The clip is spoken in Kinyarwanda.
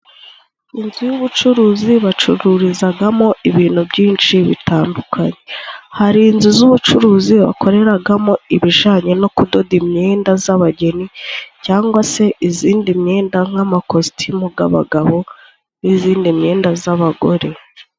Inzu y'ubucuruzi bacururizagamo ibintu byinshi bitandukanye, hari inzu z'ubucuruzi wakoreragamo ibijanye no kudoda imyenda z'abageni, cyangwa se izindi myenda ng'amakositimu g'abagabo, n'izindi myenda z'abagore.